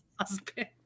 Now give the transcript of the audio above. husband